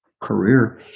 career